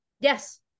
Yes